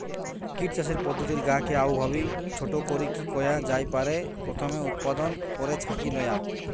kit চাষের পদ্ধতির গা কে অউভাবি ছোট করিকি কয়া জাই পারে, প্রথমে উতপাদন, পরে ছাকি লয়া